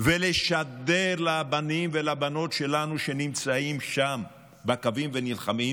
ולשדר לבנים ולבנות שלנו שנמצאים שם בקווים ונלחמים: